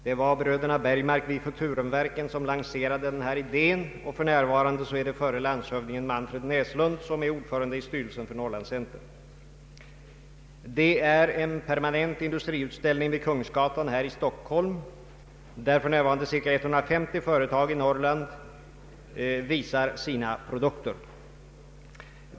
Det var bröderna Bergmark vid Futurumverken som lanserade denna idé, och för närvarande är det förre landshövdingen Manfred Näslund som är ordförande i styrelsen för Norrland Center. Det pågår en permanent industriutställ ning vid Kungsgatan här i Stockholm, där 150 företag från Norrland visar sina produkter.